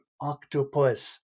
octopus